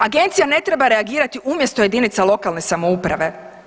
Agencija ne treba reagirati umjesto jedinica lokalne samouprave.